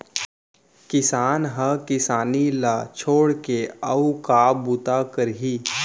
किसान ह किसानी ल छोड़ के अउ का बूता करही